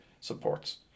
supports